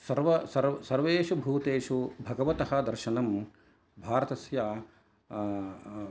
सर्व सर्वेषु भूतेषु भगवतः दर्शनं भारतस्य